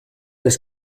les